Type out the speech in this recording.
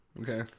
Okay